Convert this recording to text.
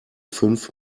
fünf